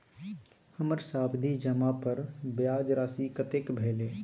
हमर सावधि जमा पर ब्याज राशि कतेक भेल?